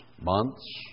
months